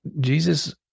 Jesus